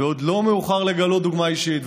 ועוד לא מאוחר לגלות דוגמה אישית.